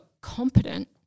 competent